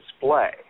display